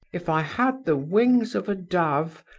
if i had the wings of a dove,